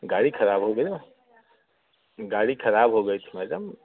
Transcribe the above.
गाड़ी ख़राब हो गई ना गाड़ी ख़राब हो गई थी मैडम